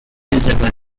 elizabeth